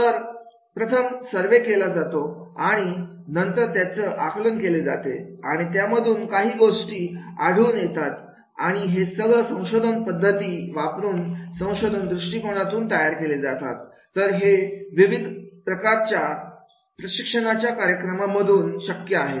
तर प्रथम सर्वे केला जातो आणि नंतर त्याचं आकलन केले जातो आणि त्यामधून काही गोष्टी आढळून येतात आणि हे सगळं संशोधन पद्धती वापरून संशोधन दृष्टिकोनातून तयार केले जातात तर हे विविध प्रकारच्या प्रशिक्षणाच्या कार्यक्रमांमधून शक्य आहे